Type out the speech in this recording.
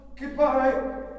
Goodbye